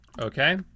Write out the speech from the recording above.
Okay